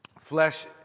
flesh